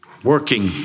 working